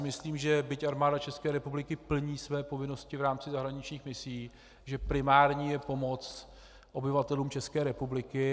Myslím si, že byť Armáda České republiky plní své povinnosti v rámci zahraničních misí, že primární je pomoc obyvatelům České republiky.